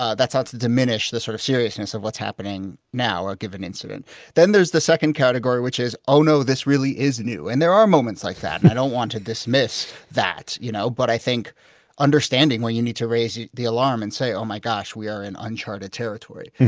ah that's not ah to diminish the sort of seriousness of what's happening now or a given incident then there's the second category, which is, oh, no, this really is new. and there are moments like that and i don't want to dismiss that, you know but i think understanding where you need to raise the alarm and say, oh, my gosh, we are in uncharted territory.